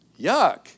Yuck